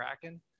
Kraken